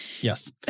Yes